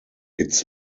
its